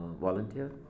volunteer